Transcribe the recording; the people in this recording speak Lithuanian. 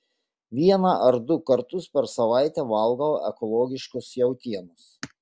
vieną ar du kartus per savaitę valgau ekologiškos jautienos